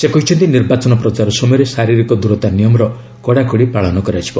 ସେ କହିଛନ୍ତି ନିର୍ବାଚନ ପ୍ରଚାର ସମୟରେ ଶାରୀରିକ ଦୂରତା ନିୟମର କଡ଼ାକଡ଼ି ପାଳନ କରାଯିବ